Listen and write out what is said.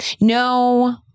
No